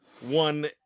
one